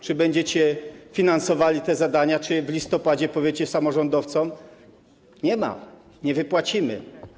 Czy będziecie finansowali te zadania, czy w listopadzie powiecie samorządowcom: nie ma, nie wypłacimy?